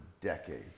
decades